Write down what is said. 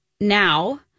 now